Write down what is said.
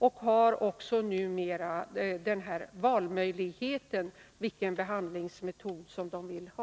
De har numera också möjlighet att välja den behandling de vill ha.